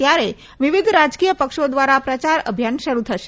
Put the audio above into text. ત્યારે વિવિધ રાજકીય પક્ષો દ્વારા પ્રચાર અભિયાન શરૂ થશે